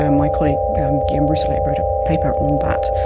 and my colleague guillaume rousselet wrote a paper on but